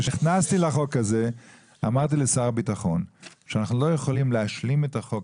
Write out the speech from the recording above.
כשנכנסתי לחוק הזה אמרתי לשר הביטחון שאנחנו לא יכולים להשלים את החוק